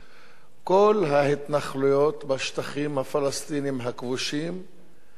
כל ההתנחלויות בשטחים הפלסטיניים הכבושים הן